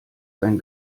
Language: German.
sein